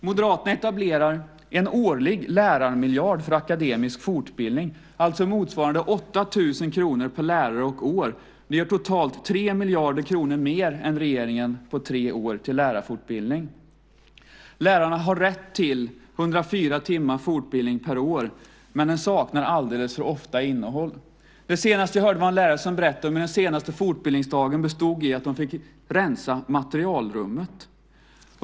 Moderaterna etablerar en årlig lärarmiljard för akademisk fortbildning, alltså motsvarande 8 000 kr per lärare och år. Vi ger totalt 3 miljarder kronor mer än regeringen på tre år till lärarfortbildning. Lärarna har rätt till 104 timmar fortbildning per år, men den saknar alltför ofta innehåll. Det senaste jag hörde en lärare berätta var att fortbildningsdagen bestod i att lärare fick rensa i materialrummet.